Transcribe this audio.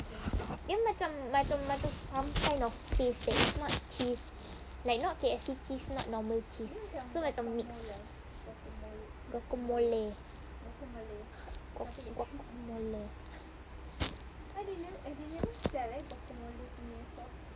dia macam macam macam some kind of paste that is not cheese like not K_F_C cheese not normal cheese so macam mix guacamole